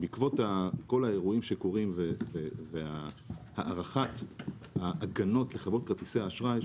בעקבות כל האירועים שקורים והארכת ההגנות לחברות כרטיסי האשראי,